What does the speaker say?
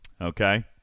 okay